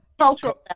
cultural